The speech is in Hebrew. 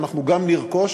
אנחנו גם נרכוש,